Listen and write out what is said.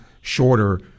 shorter